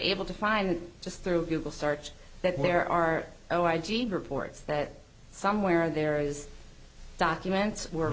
able to find just through google search that there are no i g reports that somewhere there is documents we're